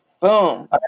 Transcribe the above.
boom